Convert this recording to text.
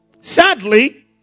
Sadly